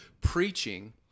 preaching